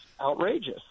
outrageous